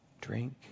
drink